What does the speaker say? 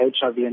HIV